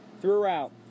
throughout